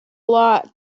lot